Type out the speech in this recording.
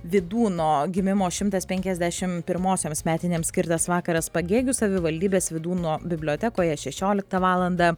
vydūno gimimo šimtas penkiasdešim pirmosioms metinėms skirtas vakaras pagėgių savivaldybės vydūno bibliotekoje šešioliktą valandą